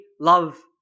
love